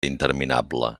interminable